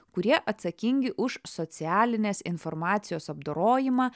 kurie atsakingi už socialinės informacijos apdorojimą